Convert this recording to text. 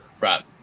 Right